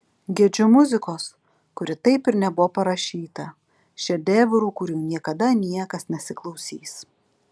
gedžiu muzikos kuri taip ir nebuvo parašyta šedevrų kurių niekada niekas nesiklausys